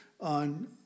on